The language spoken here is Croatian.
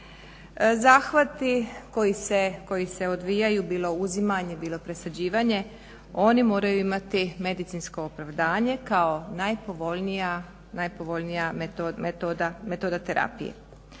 Zahvati koji se odvijaju bilo uzimanjem bilo presađivanje, oni moraju imati medicinsko opravdanje kao najpovoljnija metoda terapije.